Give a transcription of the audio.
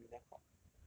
她跟 mediacorp